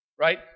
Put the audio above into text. Right